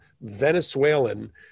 Venezuelan